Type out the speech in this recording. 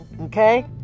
Okay